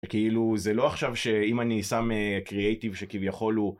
כאילו זה לא עכשיו שאם אני שם קריאיטיב שכביכול הוא.